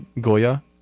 Goya